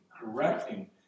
correcting